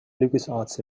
lucasarts